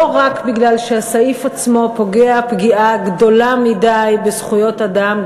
לא רק מפני שהסעיף עצמו פוגע פגיעה גדולה מדי בזכויות אדם,